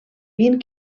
vint